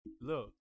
look